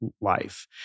life